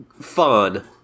fun